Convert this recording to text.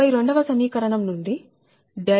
62 వ సమీకరణం నుండి Pgi12dPgidλ264